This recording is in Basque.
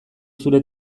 zure